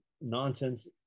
nonsense